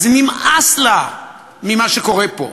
אז זה נמאס לה, מה שקורה פה.